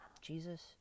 Jesus